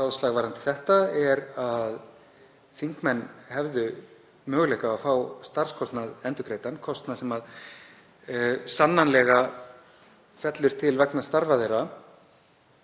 ráðslag varðandi þetta er að þingmenn hefðu möguleika á að fá starfskostnað endurgreiddan, kostnað sem sannarlega fellur til vegna starfa þeirra